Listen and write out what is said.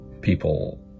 people